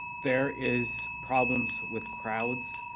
there is problems with crowds,